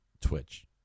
twitch